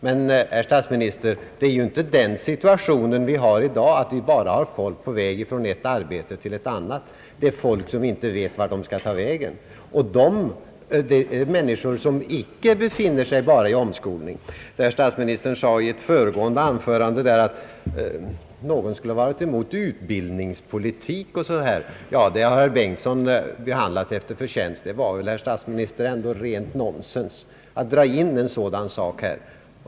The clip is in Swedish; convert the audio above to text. Men, herr statsminister, det är ju inte den situationen vi har i dag, att vi bara har folk på väg från ett arbete till ett annat. Det är folk, som inte vet vart de skall ta vägen, och det är inte bara människor som befinner sig i omskolning. Herr statsministern sade i ett föregående anförande att någon skulle varit emot utbildningspolitik o. s. v. Det påståendet har herr Bengtson behandlat efter förtjänst. Det var väl, herr statsminister, ändå rent nonsens att dra in en sådan sak i denna debatt.